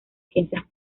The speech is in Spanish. ciencias